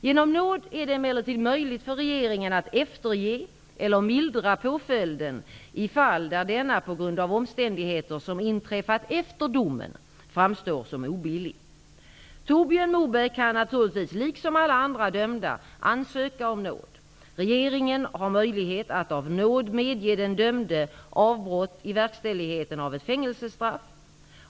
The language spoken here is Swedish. Genom nåd är det emellertid möjligt för regeringen att efterge eller mildra påföljden i fall där denna på grund av omständigheter som inträffat efter domen framstår som obillig. Torbjörn Moberg kan naturligtvis, liksom alla andra dömda, ansöka om nåd. Regeringen har möjlighet att av nåd medge den dömde avbrott i verkställigheten av ett fängelsestraff.